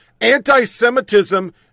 Anti-Semitism